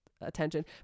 attention